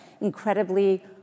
incredibly